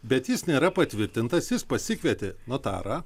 bet jis nėra patvirtintas jis pasikvietė notarą